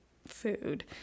Food